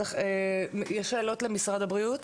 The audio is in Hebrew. יש שאלות למשרד הבריאות?